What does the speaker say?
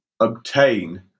obtain